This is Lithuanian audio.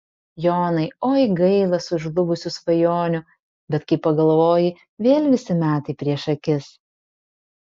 jonai oi gaila sužlugusių svajonių bet kai pagalvoji vėl visi metai prieš akis